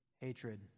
Hatred